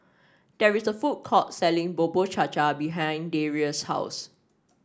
there is a food court selling Bubur Cha Cha behind Darius' house